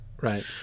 right